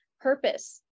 Purpose